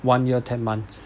one year ten months